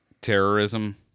Terrorism